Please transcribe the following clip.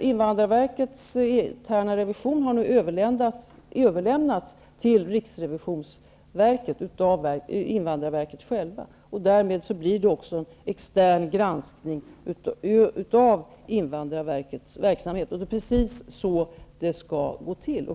Invandrarverkets interna revision har nu överlämnats till riksrevisionsverket av invandrarverket självt, och i och med det blir det en extern granskning av invandrarverkets verksamhet. Precis så skall det gå till.